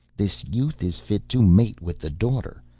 this youth is fit to mate with the daughter.